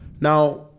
Now